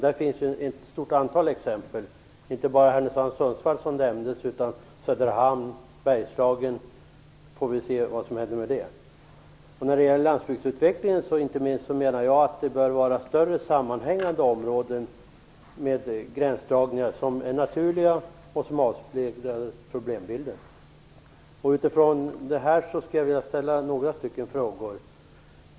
Det finns ett stort antal exempel på detta, inte bara Sundsvall, som nämndes, utan också Söderhamn och Bergslagen. Vi får se vad som händer i de fallen. När det gäller landsbygdsutvecklingen menar jag att man bör eftersträva större sammanhängande områden med naturliga gränsdragningar, som återspeglar problembilden. Jag vill från dessa utgångspunkter ställa några frågor.